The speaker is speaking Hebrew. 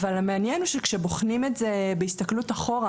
אבל כאשר בוחנים את זה בהסתכלות אחורה